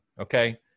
Okay